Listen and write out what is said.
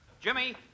Jimmy